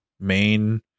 main